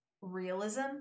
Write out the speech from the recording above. realism